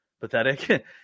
pathetic